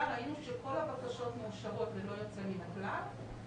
ראינו שכל הבקשות מאושרות ללא יוצא מן הכלל.